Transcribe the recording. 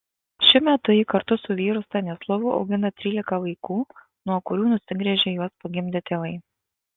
šiuo metu ji kartu su vyru stanislovu augina trylika vaikų nuo kurių nusigręžė juos pagimdę tėvai